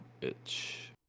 itch